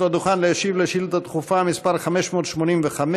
לדוכן להשיב על שאילתה דחופה מס' 585,